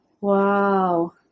Wow